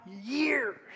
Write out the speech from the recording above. years